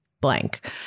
blank